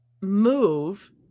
move